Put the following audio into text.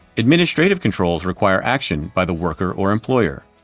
administrative controls require action by the worker or employer.